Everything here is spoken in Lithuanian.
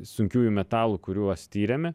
sunkiųjų metalų kuriuos tyrėme